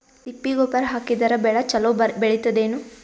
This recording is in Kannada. ತಿಪ್ಪಿ ಗೊಬ್ಬರ ಹಾಕಿದರ ಬೆಳ ಚಲೋ ಬೆಳಿತದೇನು?